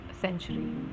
century